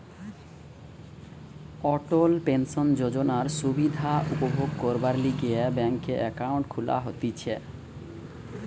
অটল pension যোজনার সুবিধা উপভোগ করবার লিগে ব্যাংকে একাউন্ট খুলা হতিছে